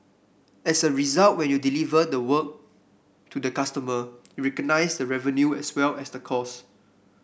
as a result when you deliver the work to the customer recognise the revenue as well as the cost